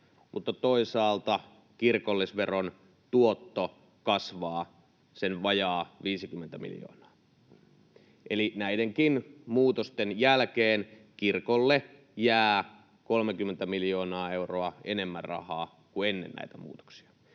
myös se, että kirkollisveron tuotto kasvaa sen vajaa 50 miljoonaa. Eli näidenkin muutosten jälkeen kirkolle jää 30 miljoonaa euroa enemmän rahaa kuin ennen näitä muutoksia.